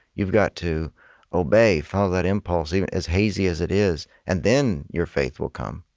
you've got to obey, follow that impulse, even as hazy as it is, and then your faith will come.